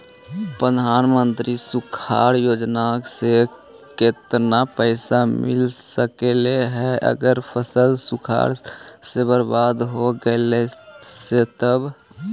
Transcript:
प्रधानमंत्री सुखाड़ योजना से केतना पैसा मिल सकले हे अगर फसल सुखाड़ से बर्बाद हो गेले से तब?